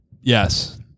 yes